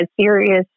serious